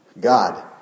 God